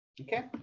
okay